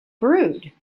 brewed